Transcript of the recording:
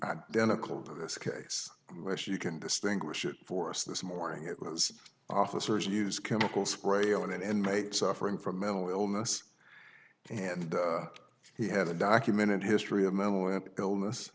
identical to this case les you can distinguish it for us this morning it was officers use chemical spray on and made suffering from mental illness and he had a documented history of mental illness